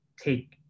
take